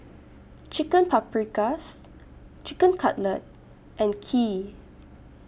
Chicken Paprikas Chicken Cutlet and Kheer